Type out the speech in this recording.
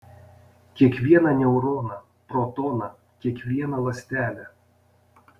kiekvieną neuroną protoną kiekvieną ląstelę